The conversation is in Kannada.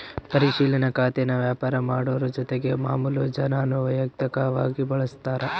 ಪರಿಶಿಲನಾ ಖಾತೇನಾ ವ್ಯಾಪಾರ ಮಾಡೋರು ಜೊತಿಗೆ ಮಾಮುಲು ಜನಾನೂ ವೈಯಕ್ತಕವಾಗಿ ಬಳುಸ್ತಾರ